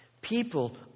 People